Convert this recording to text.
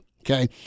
Okay